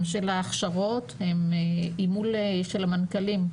גם של ההכשרות היא של המנכ"לים.